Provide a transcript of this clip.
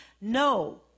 No